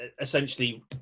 essentially